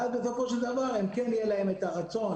ואז בסופו של דבר כן יהיה להם את הרצון